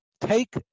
Take